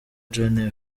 john